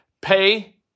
pay